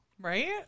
right